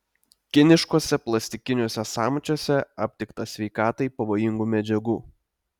kiniškuose plastikiniuose samčiuose aptikta sveikatai pavojingų medžiagų